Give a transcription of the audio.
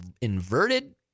inverted